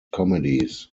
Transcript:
comedies